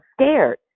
scared